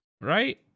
right